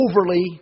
overly